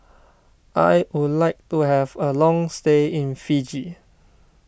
I would like to have a long stay in Fiji